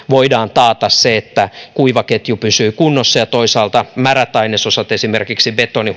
voidaan taata se että kuivaketju pysyy kunnossa ja toisaalta huolehditaan että märät ainesosat esimerkiksi betoni